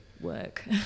work